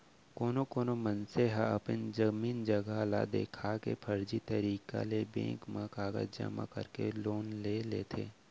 कोनो कोना मनसे ह अपन जमीन जघा ल देखा के फरजी तरीका ले बेंक म कागज जमा करके लोन ले लेथे